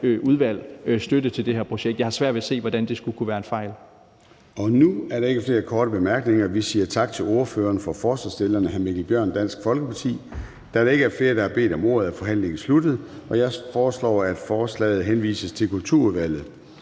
udvalg støtte til det her projekt. Jeg har svært ved at se, hvordan det skulle kunne være en fejl. Kl. 21:41 Formanden (Søren Gade): Nu er der ikke flere korte bemærkninger. Vi siger tak til ordføreren for forslagsstillerne, hr. Mikkel Bjørn, Dansk Folkeparti. Da der ikke er flere, der har bedt om ordet, er forhandlingen sluttet. Jeg foreslår, at forslaget henvises til Kulturudvalget.